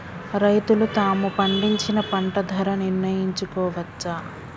రైతులు తాము పండించిన పంట ధర నిర్ణయించుకోవచ్చా?